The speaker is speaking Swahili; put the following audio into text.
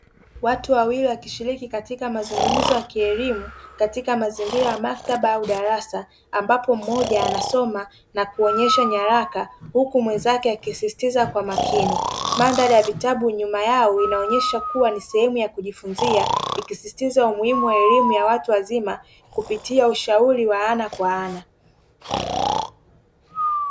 Watu wawili wakishiriki katika mazungumzo ya kielimu katika mazingira ya maktaba au darasa, ambapo mmoja anasoma na kuonyesha nyaraka huku mwenzake akisistiza kwa makini. Mandhari ya vitabu nyuma yao inaonesha kuwa ni sehemu ya kujifunzia ikisisitiza umuhimu wa elima ya watu wazima kupitia ushauri wa ana kwa ana.